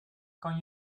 kan